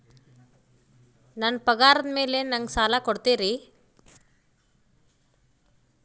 ನನ್ನ ಪಗಾರದ್ ಮೇಲೆ ನಂಗ ಸಾಲ ಕೊಡ್ತೇರಿ?